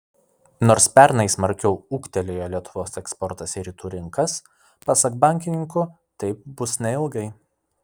nors pernai smarkiau ūgtelėjo lietuvos eksportas į rytų rinkas pasak bankininkų taip bus neilgai